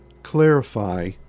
clarify